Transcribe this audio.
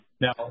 Now